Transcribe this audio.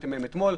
שדנתם בהן אתמול.